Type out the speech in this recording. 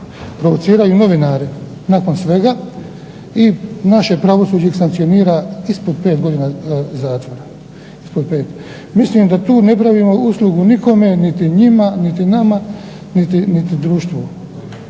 provociraju novinare nakon svega i naše pravosuđe ih sankcionira ispod 5 godina zatvora. Mislim da tu ne pravimo uslugu nikome, niti njima, niti nama, niti društvu.